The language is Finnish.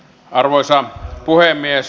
arvoisa puhemies